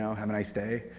so have a nice day.